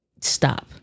stop